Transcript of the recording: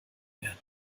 werden